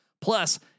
Plus